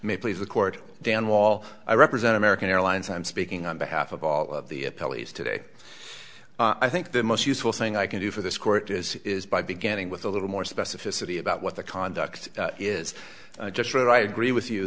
may please the court dan wall i represent american airlines i'm speaking on behalf of all of the police today i think the most useful thing i can do for this court is is by beginning with a little more specificity about what the conduct is just for i agree with you